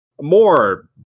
more